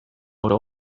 oro